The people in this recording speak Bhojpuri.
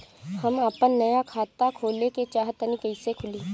हम आपन नया खाता खोले के चाह तानि कइसे खुलि?